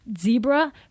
zebra